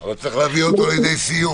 אבל צריך להביא את זה לידי סיום,